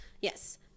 Yes